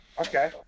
Okay